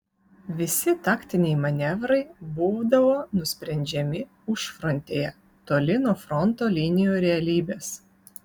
visi taktiniai manevrai būdavo nusprendžiami užfrontėje toli nuo fronto linijų realybės